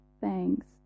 thanks